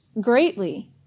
greatly